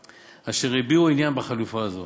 אשר הביעו עניין בחלופה הזאת